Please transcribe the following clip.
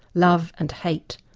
love and hate,